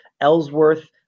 Ellsworth